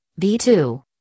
B2